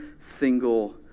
single